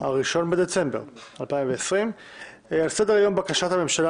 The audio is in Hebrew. ה-1 בדצמבר 2020. על סדר היום בקשת הממשלה